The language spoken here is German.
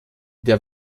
der